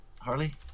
Harley